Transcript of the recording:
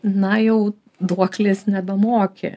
na jau duoklės nebemoki